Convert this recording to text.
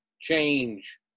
change